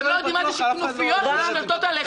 די.